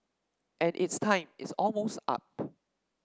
and its time is almost up